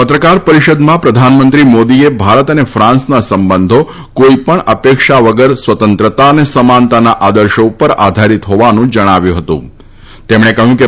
હતી પ્રધાનમંત્રી મોદીએ ભારત અને ફાન્સના સંબંધી કોઈપણ અપેક્ષા વગર સ્વતંત્રતા અને સમાનતાના આદર્શો ઉપર આધારીત હોવાનું જણાવ્યું હતુંતેમણે કહ્યું કે